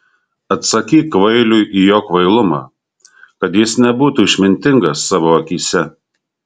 atsakyk kvailiui į jo kvailumą kad jis nebūtų išmintingas savo akyse